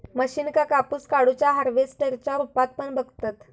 मशीनका कापूस काढुच्या हार्वेस्टर च्या रुपात पण बघतत